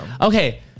okay